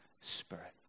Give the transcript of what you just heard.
spirit